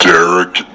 Derek